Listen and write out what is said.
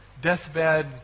deathbed